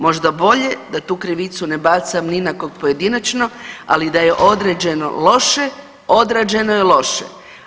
Možda bolje da tu krivicu ne bacam ni na kog pojedinačno ali da je određeno loše, određeno je loše.